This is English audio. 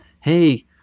hey